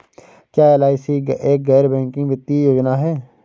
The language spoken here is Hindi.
क्या एल.आई.सी एक गैर बैंकिंग वित्तीय योजना है?